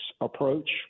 approach